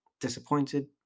disappointed